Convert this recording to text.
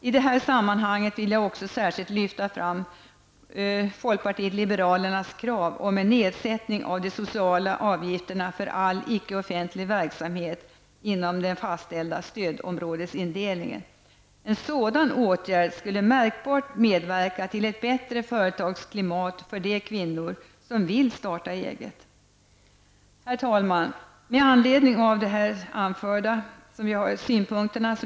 I detta sammanhang vill jag särskilt lyfta fram folkpartiet liberalernas krav om en nedsättning av de sociala avgifterna för all icke-offentlig verksamhet inom den fastställda stödområdesindelningen. En sådan åtgärd skulle märkbart medverka till ett bättre företagsklimat för de kvinnor som vill starta eget. Herr talman!